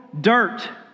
dirt